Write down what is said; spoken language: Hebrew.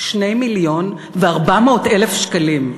2 מיליון ו-400,000 שקלים.